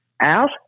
out